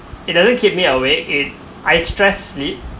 it doesn't keep me awake it I stress sleep